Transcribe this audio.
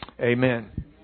amen